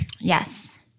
Yes